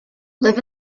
live